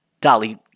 Dolly